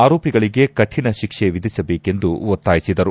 ಆರೋಪಿಗಳಿಗೆ ಕಠಿಣ ಶಿಕ್ಷೆ ವಿಧಿಸಬೇಕೆಂದು ಒತ್ತಾಯಿಸಿದರು